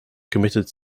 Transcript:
committed